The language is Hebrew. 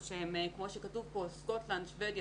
שהן בדרך כלל בעלות על בתי ספר,